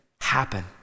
happen